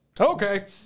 okay